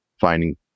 finding